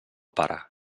pare